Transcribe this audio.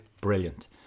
brilliant